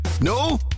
no